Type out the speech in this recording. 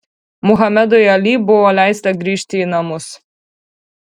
muhamedui ali buvo leista grįžti į namus